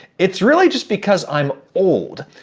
it's really just because i'm old.